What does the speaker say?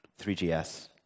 3GS